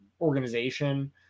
organization